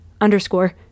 underscore